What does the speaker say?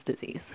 disease